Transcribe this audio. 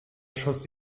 schoss